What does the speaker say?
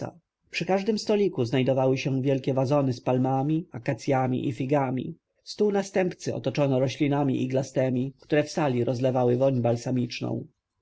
przy każdym stoliku znajdowały się wielkie wazony z palmami akacjami i figami stół następcy otoczono roślinami iglastemi które w sali rozlewały woń